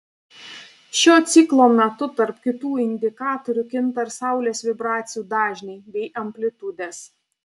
šio ciklo metu tarp kitų indikatorių kinta ir saulės vibracijų dažniai bei amplitudės